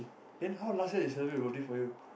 then how last year they celebrate your birthday for you